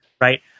right